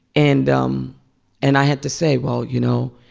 and um and i had to say, well, you know,